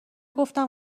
گفتم